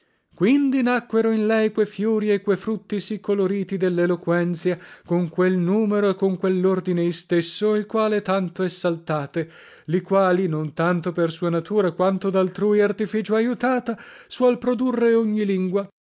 quindi nacquero in lei que fiori e que frutti sì coloriti delleloquenzia con quel numero e con quellordine istesso il quale tanto essaltate li quali non tanto per sua natura quanto daltrui artificio aiutata suol produrre ogni lingua